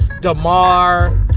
Damar